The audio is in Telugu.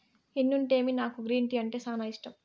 ఎన్నుంటేమి నాకు గ్రీన్ టీ అంటే సానా ఇష్టం